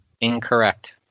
Incorrect